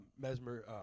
Mesmer